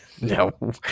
No